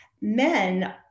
men